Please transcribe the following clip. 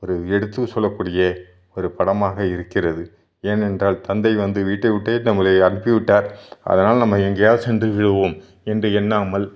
ஒரு எடுத்து சொல்லக்கூடிய ஒரு படமாக இருக்கிறது ஏனென்றால் தந்தை வந்து வீட்டை விட்டே நம்பளை அனுப்பிவிட்டார் அதனால் நம்ம எங்கேயாவது சென்று விடுவோம் என்று எண்ணாமல்